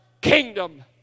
kingdom